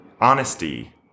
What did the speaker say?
honesty